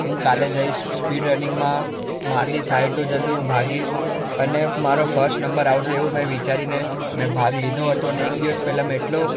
હું કાલે જઈશ સ્પીડ રનિંગમાં મારાથી થાય એટલું જલ્દી હું ભાગીશ અને મારો ફર્સ્ટ નંબર આવશે એવું મેં વિચારીને મેં ભાગ લીધો હતો ને એક દિવસ પહેલાં મેં એટલો